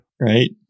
right